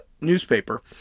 newspaper